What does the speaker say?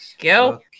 Go